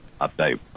update